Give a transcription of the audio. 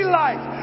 life